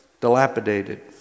dilapidated